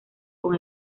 con